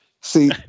See